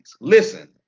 Listen